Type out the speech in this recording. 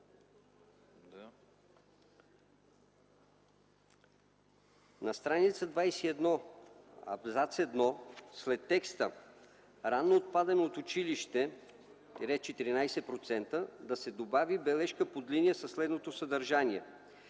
На страница 21, абзац 1, след текста: „ранно отпадане от училище – 14%” да се добави бележка под линия със следното съдържание: